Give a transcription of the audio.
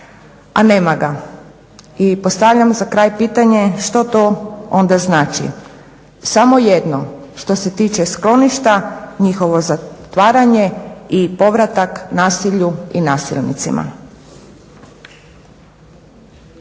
a nema ga. I postavljam za kraj pitanje što to onda znači? Samo jedno, što se tiče skloništa njihovom zatvaranje i povratak nasilju i nasilnicima.